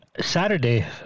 Saturday